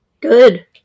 Good